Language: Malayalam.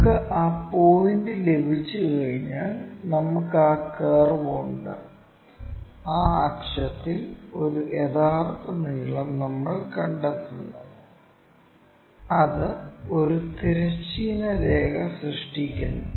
നമുക്ക് ആ പോയിന്റ് ലഭിച്ചുകഴിഞ്ഞാൽ നമുക്ക് ആ കർവ് ഉണ്ട് ആ അക്ഷത്തിൽ ഒരു യഥാർത്ഥ നീളം നമ്മൾ കണ്ടെത്തുന്നു അത് ഒരു തിരശ്ചീന രേഖ സൃഷ്ടിക്കുന്നു